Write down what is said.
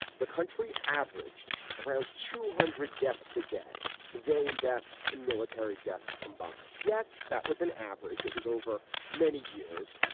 the country averaged around two hundred deaths a day. civilian deaths and military deaths combined. yes, that was an average. it was over many years.